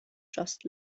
just